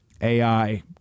AI